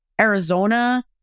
Arizona